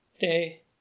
Day